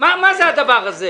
זה יעשה את הסדר.